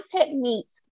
techniques